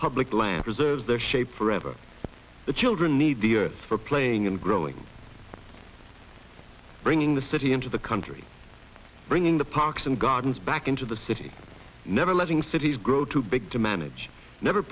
public land preserves their shape forever the children need the earth for playing and growing bringing the city into the country bringing the parks and gardens back into the city never letting cities grow too big to manage never